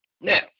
Now